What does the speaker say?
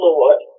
Lord